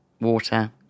water